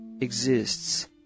exists